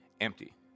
empty